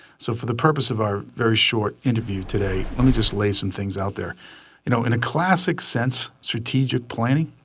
so for the purpose of our very short interview today, let me just lay some things out there. you know in a classic sense, strategic planning.